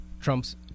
Trump's